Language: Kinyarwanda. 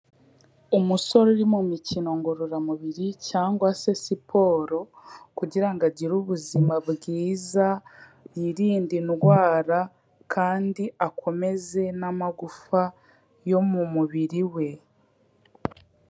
Umusore uri mumikino ngororamubiri cyangwa se siporo kugira ngo agire ubuzima bwiza, yirinde indwara kandi akomeze n'amagufa yo mu mubiri we.